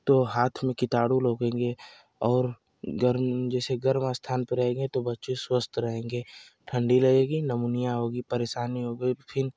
तो हाथ में कीटाणु लगेंगे और गर्म जैसे गर्म स्थान पे रहेंगे तो बच्चे स्वस्थ रहेंगे ठंडी रहेगी नमोनिया होगी परेशानी होगी फिर